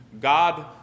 God